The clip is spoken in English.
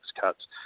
cuts